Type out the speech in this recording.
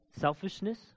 selfishness